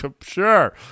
Sure